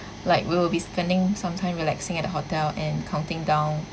like we will be spending some time relaxing at the hotel and counting down